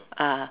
uh